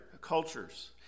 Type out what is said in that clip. cultures